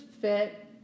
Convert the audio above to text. fit